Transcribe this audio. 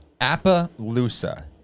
Appaloosa